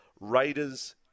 Raiders